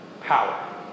Power